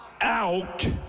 out